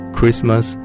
Christmas